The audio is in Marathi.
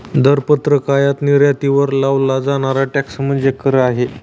दरपत्रक आयात निर्यातीवर लावला जाणारा टॅक्स म्हणजे कर आहे